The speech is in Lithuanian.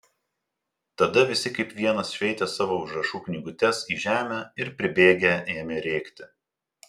tada visi kaip vienas šveitė savo užrašų knygutes į žemę ir pribėgę ėmė rėkti